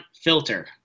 filter